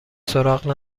سراغ